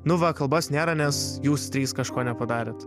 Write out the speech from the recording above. nu va kalbos nėra nes jūs trys kažko nepadarėt